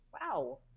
Wow